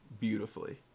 beautifully